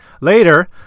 Later